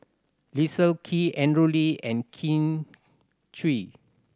Leslie Kee Andrew Lee and Kin Chui